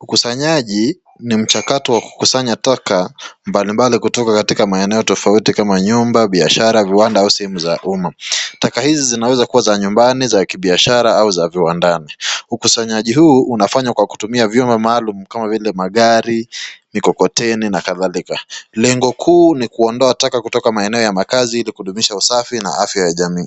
Ukusanyaji ni mkakato wa kukusanya taka mbali mbali kutoka katika maeneo tofauti kama nyumba, biashara ,viwanda au sehemu za uma ,taka hizi zinaweza kuwa za nyumbani ,za kibiashara au za viwandani. Ukusanyaji huu unafanya kwa kutumia viuma maalum kama vile; magari, mikokoteni na kadharika, lengo kuu ni kuondoa taka kutoka maeneo ya makazi ili kudumisha usafi na afya ya jamii.